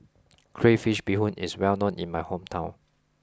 Crayfish Beehoon is well known in my hometown